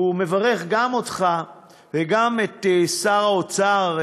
ומברך גם אותך וגם את שר האוצר,